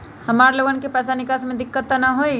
हमार लोगन के पैसा निकास में दिक्कत त न होई?